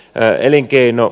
pääelinkeino